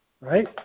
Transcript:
Right